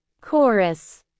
Chorus